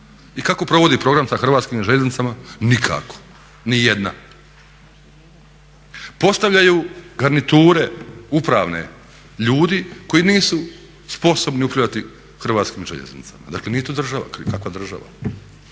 I kako provodi program sa Hrvatskim željeznicama, nikako, nijedna. Postavljaju garniture upravne ljudi koji nisu sposobni upravljati Hrvatskim željeznicama. Dakle nije to država kriva, kakva država.